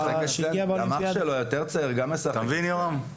אתה מבין יורם...